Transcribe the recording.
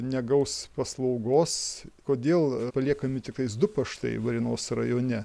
negaus paslaugos kodėl paliekami tiktais du paštai varėnos rajone